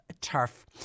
turf